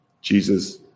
Jesus